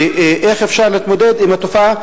ואיך אפשר להתמודד עם התופעה,